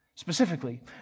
Specifically